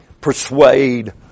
persuade